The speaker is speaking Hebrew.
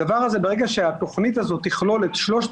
ברגע שהתוכנית הזאת תכלול את שלושת